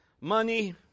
money